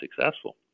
successful